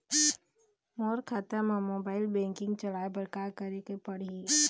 मोर खाता मा mobile banking चलाए बर का करेक पड़ही?